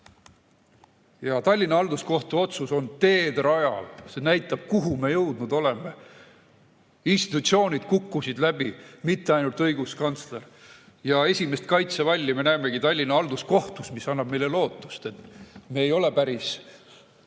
Tallinna Halduskohtu otsus on teedrajav. See näitab, kuhu me jõudnud oleme. Institutsioonid kukkusid läbi, mitte ainult õiguskantsler. Esimest kaitsevalli me näemegi Tallinna Halduskohtus, mis annab meile lootust, et me ei ole päris